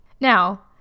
Now